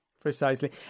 precisely